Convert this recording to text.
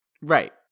Right